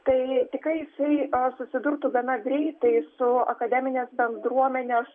tai tikrai jisai susidurtų gana greitai su akademinės bendruomenės